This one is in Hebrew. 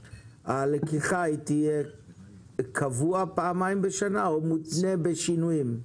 הלקיחה תהיה פעמיים בשנה באופן קבוע או מותנה בשינויים?